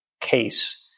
case